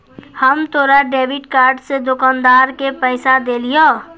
हम तोरा debit card से दुकानदार के पैसा देलिहों